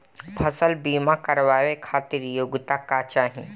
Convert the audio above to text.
फसल बीमा करावे खातिर योग्यता का चाही?